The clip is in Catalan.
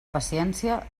paciència